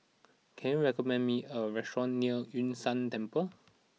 can you recommend me a restaurant near Yun Shan Temple